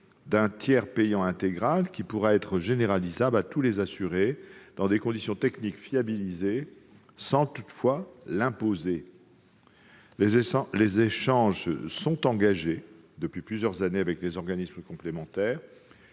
d'un tiers payant intégral, qui pourra être généralisable à tous les assurés dans des conditions techniques fiabilisées, sans toutefois l'imposer. Les échanges sont engagés depuis plusieurs années avec les organismes complémentaires,